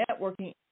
networking